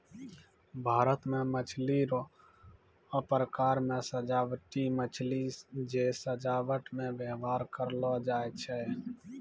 भारत मे मछली रो प्रकार मे सजाबटी मछली जे सजाबट मे व्यवहार करलो जाय छै